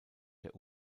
der